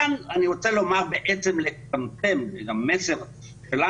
כאן אני רוצה לומר את המסר שלנו,